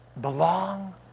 belong